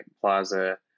Plaza